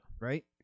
Right